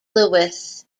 louis